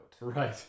Right